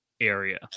area